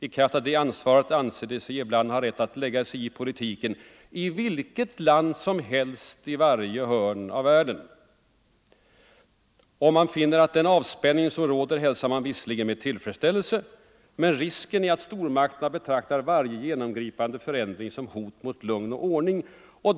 I kraft av — nedrustningsfrågordet ansvaret anser de sig ibland ha rätt att lägga sig i politiken i vilket — na land som helst i varje hörn av världen. Den avspänning mellan stormakterna som f.n. råder hälsar vi med tillfredsställelse. Men risken är att stormakterna betraktar varje genomgripande förändring som hot mot lugn och ordning.